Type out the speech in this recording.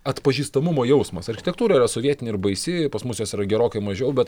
atpažįstamumo jausmas architektūra yra sovietinė ir baisi pas mus jos yra gerokai mažiau bet